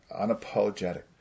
unapologetic